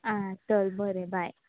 आ चल बरें बाय